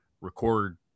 record